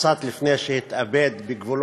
קצת לפני שהתאבד בגבול